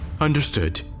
Understood